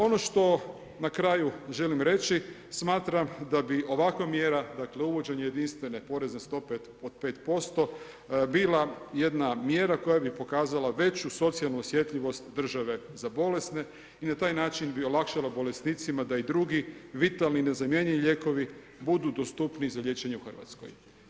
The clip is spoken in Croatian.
Ono što na kraju želim reći, smatram da bi ovakva mjera, dakle uvođenje jedinstvene porezne stope od 5% bila jedna mjera koja bi pokazala veću socijalnu osjetljivost države za bolesne i na taj način bi olakšala bolesnicima da i drugi, vitalni, nezamjenjivi lijekovi budu dostupniji za liječenje u Hrvatskoj.